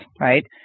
right